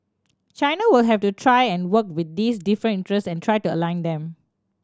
China will have to try and work with these different interests and try to align them